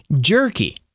jerky